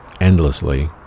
endlessly